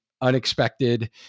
unexpected